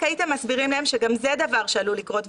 הייתם מסבירים להם שגם זה דבר שעלול לקרות,